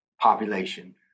population